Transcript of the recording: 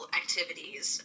activities